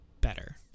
better